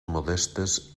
modestes